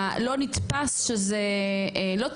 לא נתפס שזה לא,